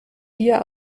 dir